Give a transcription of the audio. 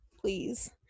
please